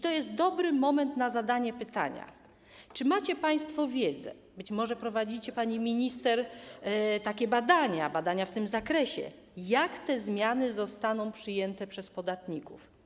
To jest dobry moment na zadanie pytania: Czy macie państwo wiedzę - być może prowadzicie, pani minister, badania w tym zakresie - jak te zmiany zostaną przyjęte przez podatników?